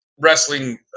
wrestling